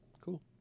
cool